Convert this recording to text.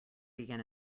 began